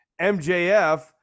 MJF